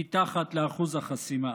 מתחת לאחוז החסימה.